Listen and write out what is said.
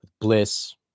Bliss